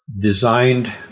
designed